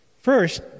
First